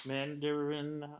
Mandarin